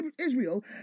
Israel